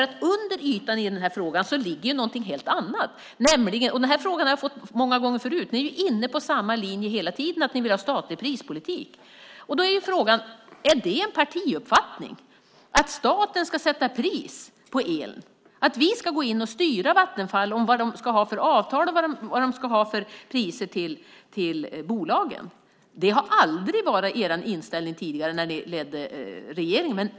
Under ytan i frågan ligger någonting helt annat. Den här frågan har jag fått många gånger förut. Ni är inne på samma linje hela tiden. Ni vill ha statlig prispolitik. Frågan är om det är en partiuppfattning att staten ska sätta pris på el, att vi ska gå in och styra Vattenfall och vad de ska ha för avtal och priser till bolagen. Det har aldrig varit er inställning tidigare, när ni ledde regeringen.